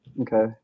Okay